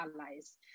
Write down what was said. allies